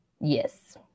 Yes